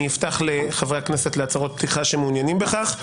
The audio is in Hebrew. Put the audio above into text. אני אפתח לחברי כנסת שמעוניינים בכך להצהרות פתיחה.